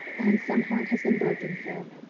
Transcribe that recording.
and some heart has been broken, phil.